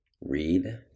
read